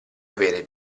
avere